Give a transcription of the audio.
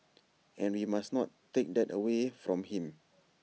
and we must not take that away from him